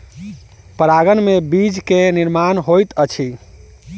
परागन में बीज के निर्माण होइत अछि